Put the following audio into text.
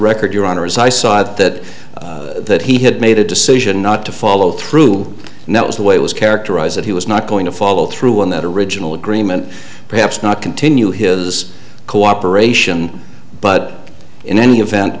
record your honor as i saw that that he had made a decision not to follow through and that was the way it was characterized that he was not going to follow through on that original agreement perhaps not continue his cooperation but in any event